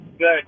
Good